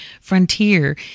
Frontier